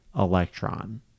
electron